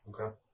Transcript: Okay